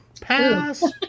pass